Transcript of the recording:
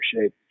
shape